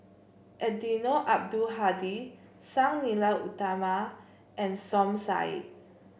Eddino Abdul Hadi Sang Nila Utama and Som Said